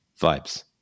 vibes